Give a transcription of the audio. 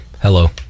Hello